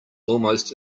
almost